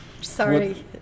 Sorry